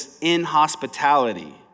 inhospitality